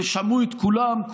ושמעו את כולם,